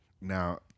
Now